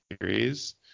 series